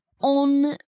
On